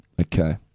Okay